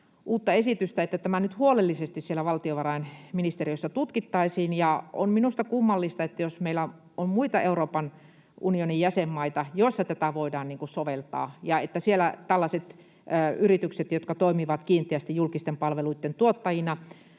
uutta esitystä, niin tämä nyt huolellisesti siellä valtiovarainministeriössä tutkittaisiin. On minusta kummallista, että jos meillä on muita Euroopan unionin jäsenmaita, joissa tätä voidaan soveltaa tällaisiin yrityksiin, jotka toimivat kiinteästi julkisten palveluitten tuottajina